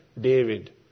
David